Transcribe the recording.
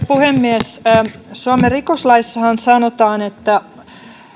puhemies suomen rikoslaissahan sanotaan että